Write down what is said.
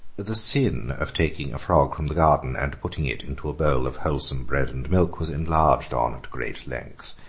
the sin of taking a frog from the garden and putting it into a bowl of wholesome bread-and-milk was enlarged on at great length,